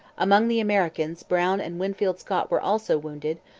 among the americans brown and winfield scott were also wounded,